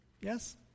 Yes